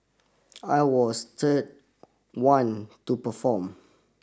I was third one to perform